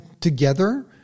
together